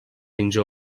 birinci